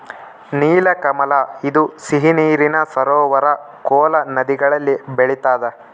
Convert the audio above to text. ನೀಲಕಮಲ ಇದು ಸಿಹಿ ನೀರಿನ ಸರೋವರ ಕೋಲಾ ನದಿಗಳಲ್ಲಿ ಬೆಳಿತಾದ